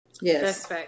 Yes